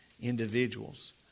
individuals